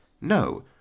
No